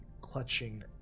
clutching